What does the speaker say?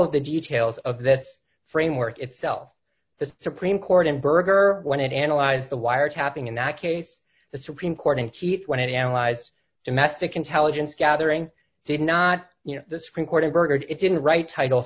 of the details of this framework itself the supreme court in berger when it analyzed the wiretapping in that case the supreme court in chief when it analyzed domestic intelligence gathering did not you know the supreme court and burgard it didn't write title